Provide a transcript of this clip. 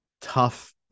Tough